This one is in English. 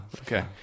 Okay